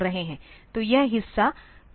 तो यह हिस्सा उस ईए बिट को सेट कर रहा है